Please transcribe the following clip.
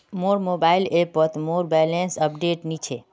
मोर मोबाइल ऐपोत मोर बैलेंस अपडेट नि छे